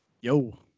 Yo